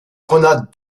grenades